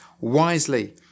wisely